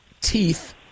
teeth